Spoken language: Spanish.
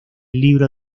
libro